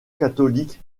catholique